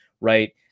right